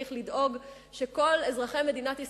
שצריך לדאוג שכל אזרחי מדינת ישראל,